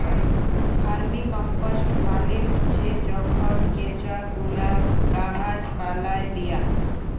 vermicompost মালে হছে যখল কেঁচা গুলা গাহাচ পালায় দিয়া